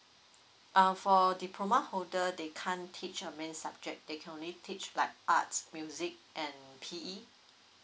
uh for diploma holder they can't teach uh main subject they can only teach like arts music and P_E